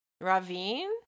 ravine